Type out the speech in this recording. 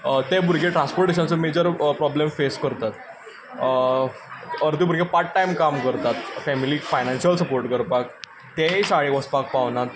ते भुरगे ट्रान्सपोर्टेशनाचो मेजर प्रॉब्लेम फेस करतात अर्दे भुरगे पार्टटायम काम करतात फॅमिलीक फायनेन्शियल सपोर्ट करपाक तेय शाळेक वचपाक पावनात